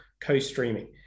co-streaming